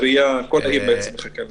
העיריה, כל העיר בעצם מחכה לזה.